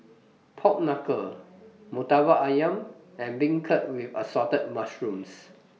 Pork Knuckle Murtabak Ayam and Beancurd with Assorted Mushrooms